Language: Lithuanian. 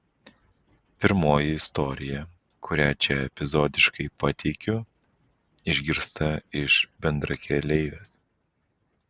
pirmoji istorija kurią čia epizodiškai pateikiu išgirsta iš bendrakeleivės